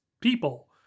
people